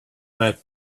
that